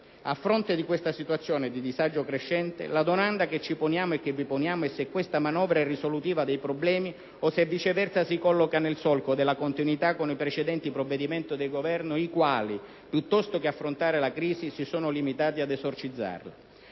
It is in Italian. A fronte di questa situazione di disagio crescente, la domanda che ci poniamo e che vi poniamo è se questa manovra è risolutiva dei problemi o se, viceversa, si colloca nel solco della continuità con i precedenti provvedimenti del Governo i quali, piuttosto che affrontare la crisi, si sono limitati ad esorcizzarla.